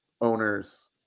owners